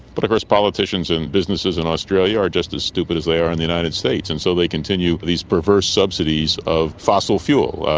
but of course politicians and businesses in australia are just as stupid as they are in the united states and so they continue these perverse subsidies of fossil fuel.